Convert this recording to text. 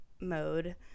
mode